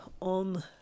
on